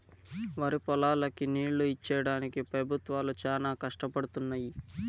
వరిపొలాలకి నీళ్ళు ఇచ్చేడానికి పెబుత్వాలు చానా కష్టపడుతున్నయ్యి